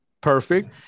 perfect